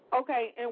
Okay